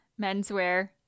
menswear